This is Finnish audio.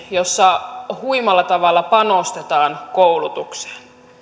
jossa huimalla tavalla panostetaan koulutukseen